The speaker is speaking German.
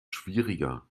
schwieriger